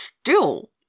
still